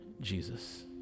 Jesus